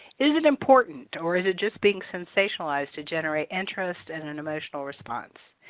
is it important or is it just being sensationalized to generate interest and an emotional response?